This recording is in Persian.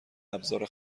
ابزار